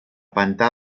pantà